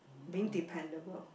being dependable